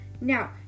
Now